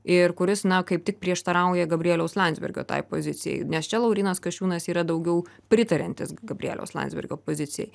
ir kuris kaip tik prieštarauja gabrieliaus landsbergio tai pozicijai nes čia laurynas kasčiūnas yra daugiau pritariantis gabrieliaus landsbergio pozicijai